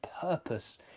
purpose